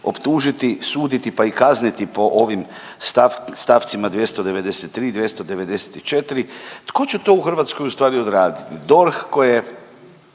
optužiti, suditi pa i kazniti po ovim stavcima 293., 294. Tko će to u Hrvatskoj u stvari odraditi? DORH koji